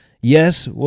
Yes